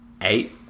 eight